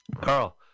Carl